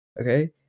okay